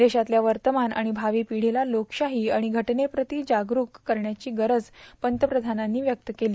देशातल्या वर्तमान आणि भावी पिढीला लोकशास्त्री आणि षटनेप्रती जागरुक करण्याची गरज पंतप्रधानांनी व्यक्त केली